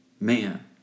Man